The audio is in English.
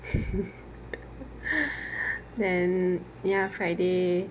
then ya friday